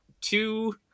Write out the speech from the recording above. two